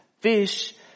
fish